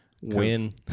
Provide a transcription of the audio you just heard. Win